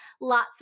lots